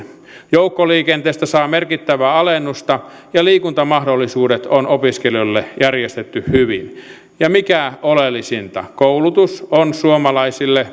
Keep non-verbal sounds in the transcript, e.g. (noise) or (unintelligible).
joukkoliikenteestä saa merkittävää alennusta ja liikuntamahdollisuudet on opiskelijoille järjestetty hyvin ja mikä oleellisinta koulutus on suomalaisille (unintelligible)